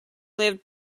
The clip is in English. lived